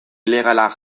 ilegalak